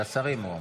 על השרים הוא אמר.